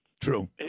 true